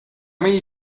many